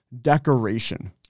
decoration